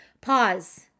Pause